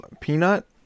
peanut